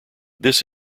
this